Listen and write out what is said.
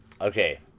okay